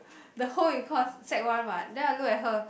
the home-econs sec one what then I look at her